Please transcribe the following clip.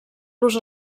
los